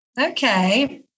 Okay